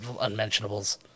unmentionables